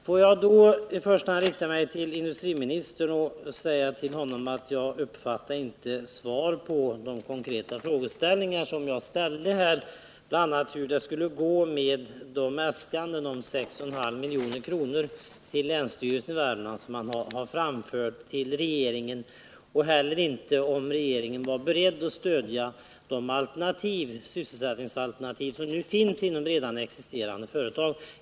Får jag då i första hand säga till industriministern att jag inte uppfattade något svar på de konkreta frågor som jag ställt här, bl.a. på hur det går med de äskanden om 6 1/2 milj.kr. som länsstyrelsen i Värmlands län har framfört till regeringen. Detsamma gäller frågan om regeringen är beredd att stödja de sysselsättningsalternativ som finns inom redan existerande företag.